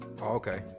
Okay